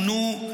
עונו,